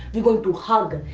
we're going to hug.